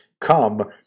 come